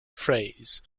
phrase